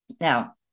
Now